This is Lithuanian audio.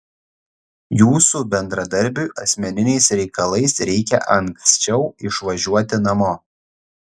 jūsų bendradarbiui asmeniniais reikalais reikia anksčiau išvažiuoti namo